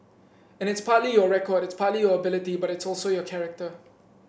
and it's partly your record it's partly your ability but it's also your character